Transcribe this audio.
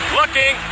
looking